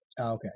Okay